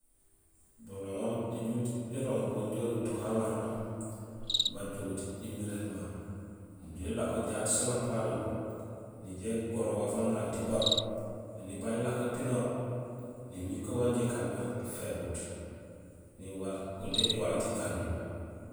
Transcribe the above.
Buroŋoom ijuut irooŋ jaa atuhe aŋaroom bajoguut émiréénma. Nijuhé élako jaat séén apaloom, nijé gorool waaf waniwarénuut igoor. Ēni ibaañ ilako nipinoor ni miir que wanjé ikaan mé uféguut, niwaar udé iwarénuut ikando.